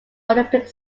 olympic